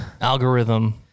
algorithm